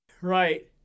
Right